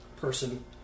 person